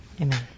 Amen